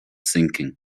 sinking